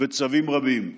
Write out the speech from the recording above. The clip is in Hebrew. וצווים רבים.